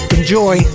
Enjoy